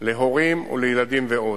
להורים ולילדים ועוד.